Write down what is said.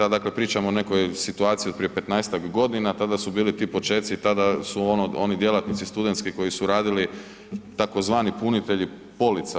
A pričam o nekoj situaciji od prije petnaestak godina, tada su bili ti počeci, tada su oni djelatnici studentski koji su radili tzv. punitelji polica.